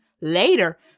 later